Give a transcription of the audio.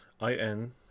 I-N